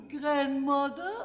grandmother